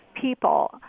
people